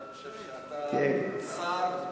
אני חושב שאתה שר,